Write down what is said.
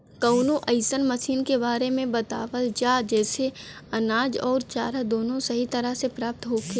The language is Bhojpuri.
कवनो अइसन मशीन के बारे में बतावल जा जेसे अनाज अउर चारा दोनों सही तरह से प्राप्त होखे?